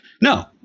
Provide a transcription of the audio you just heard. No